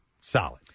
solid